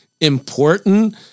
important